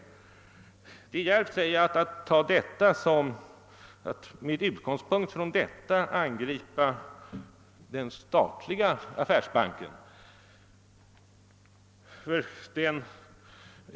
Det är djärvt att med denna utgångspunkt angripa den statliga affärsbanken.